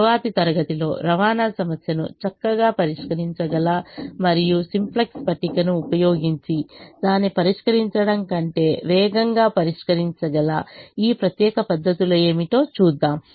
తరువాతి తరగతిలో రవాణా సమస్యను చక్కగా పరిష్కరించగల మరియు సింప్లెక్స్ పట్టికను ఉపయోగించి దాన్ని పరిష్కరించడం కంటే వేగంగా పరిష్కరించగల ఈ ప్రత్యేక పద్ధతులు ఏమిటో చూద్దాం